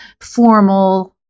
formal